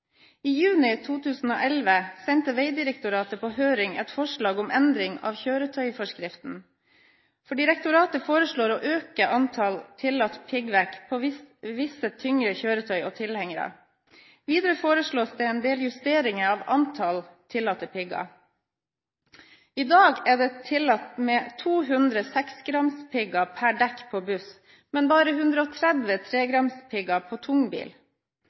I juni 2011 sendte Vegdirektoratet på høring et forslag om endring av kjøretøyforskriften. Direktoratet foreslår å øke tillatt piggvekt på visse tyngre kjøretøy og tilhengere. Videre foreslås det en del justeringer av antall tillatte pigger. I dag er det tillatt med 200 à 6 grams pigger per dekk på buss, men bare 130 à 3 grams pigger på